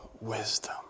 wisdom